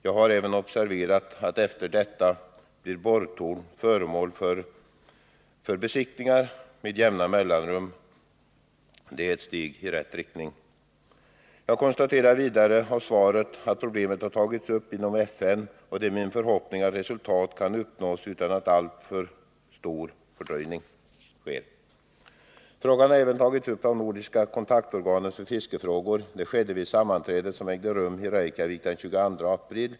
Jag har även observerat att Nr 141 efter det inträffade blir borrtornen föremål för besiktningar med jämna mellanrum. Det är ett steg i rätt riktning. Jag konstaterar vidare av svaret att problemet har tagits upp inom FN, och det är min förhoppning att resultat kan uppnås utan alltför stor fördröjning. Frågan har även tagits upp av nordiska kontaktorganet för fiskefrågor. Det skedde vid det sammanträde som ägde rum i Reykjavik den 22 april.